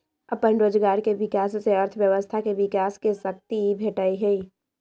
अप्पन रोजगार के विकास से अर्थव्यवस्था के विकास के शक्ती भेटहइ